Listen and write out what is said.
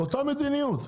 אותה מדיניות,